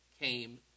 came